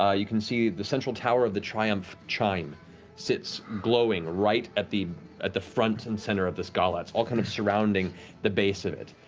ah you can see the central tower of the triumph chime sits glowing right at the at the front and center of this gala. it's all kind of surrounding the base of it.